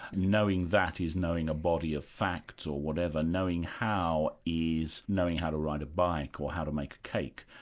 knowing that is knowing a body of facts or whatever knowing how is knowing how to ride a bike, or how to make a cake,